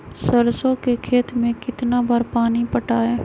सरसों के खेत मे कितना बार पानी पटाये?